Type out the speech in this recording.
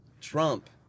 Trump